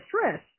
stress